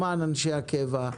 למען אנשי הקבע,